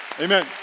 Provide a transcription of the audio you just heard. Amen